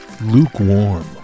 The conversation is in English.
lukewarm